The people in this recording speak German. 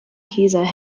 käse